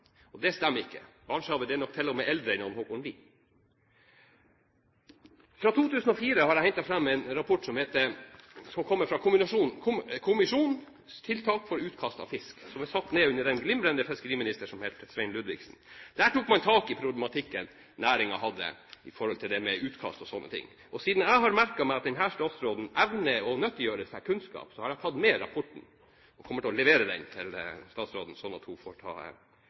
Og det stemmer ikke – Barentshavet er nok til og med eldre enn det Haakon Lie ble. Jeg har hentet fram en rapport fra 2004 som heter «Kommisjonen for tiltak mot utkast av fisk», fra en kommisjon som ble satt ned under en glimrende fiskeriminister som het Svein Ludvigsen. Der tok man tak i problematikken næringen hadde når det gjaldt utkast og slike ting. Og siden jeg har merket meg at denne statsråden evner å nyttiggjøre seg kunnskap, har jeg tatt med rapporten og kommer til å levere den til henne, slik at hun kan ta